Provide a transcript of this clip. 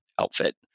outfit